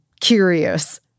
curious